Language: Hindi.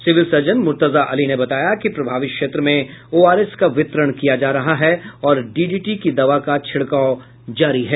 सिविल सर्जन मुर्तजा अली ने बताया कि प्रभावित क्षेत्र में ओआरएस का वितरण किया जा रहा है और डीडीटी की दवा का छिड़काव जारी है